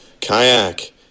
Kayak